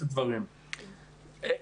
דני,